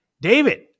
David